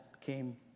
came